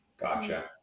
Gotcha